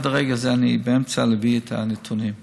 עד לרגע זה אני באמצע להביא את הנתונים,